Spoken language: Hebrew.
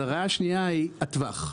ההערה השנייה היא הטווח.